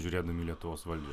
žiūrėdami į lietuvos valdžią